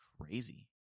crazy